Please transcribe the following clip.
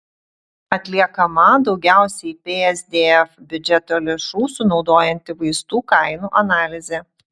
atliekama daugiausiai psdf biudžeto lėšų sunaudojanti vaistų kainų analizė